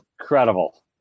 incredible